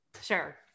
Sure